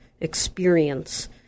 experience